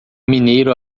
mineiro